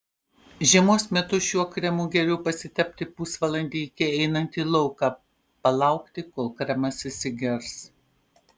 žiemos metu šiuo kremu geriau pasitepti pusvalandį iki einant į lauką palaukti kol kremas įsigers